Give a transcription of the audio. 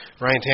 Ryan